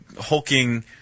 hulking